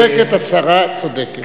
היא צודקת,